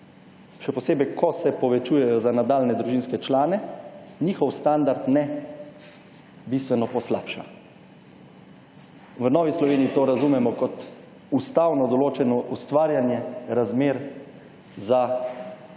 še posebej ko se povečujejo za nadaljnje družinske člane, njihov standard ne bistveno poslabša. V Novi Sloveniji to razumemo kot ustavno določeno ustvarjanje razmer za